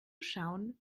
schauen